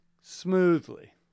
smoothly